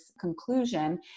conclusion